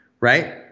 right